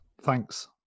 Thanks